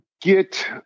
get